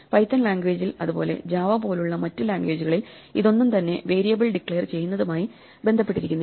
Python ലാംഗ്വേജിൽ അത് പോലെ ജാവ പോലുള്ള മറ്റ് ലാംഗ്വേജുകളിൽ ഇതൊന്നും തന്നെ വേരിയബിൾ ഡിക്ലയർ ചെയ്യുന്നതുമായി ബന്ധപ്പെട്ടിരിക്കുന്നില്ല